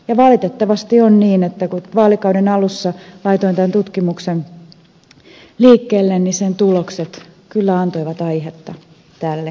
ja valitettavasti on niin että kun vaalikauden alussa laitoin tämän tutkimuksen liikkeelle niin sen tulokset kyllä antoivat aihetta tälle muutokselle